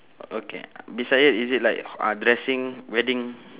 okay beside it is it like uh dressing wedding